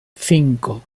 cinco